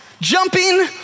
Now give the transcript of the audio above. jumping